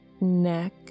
Neck